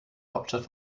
hauptstadt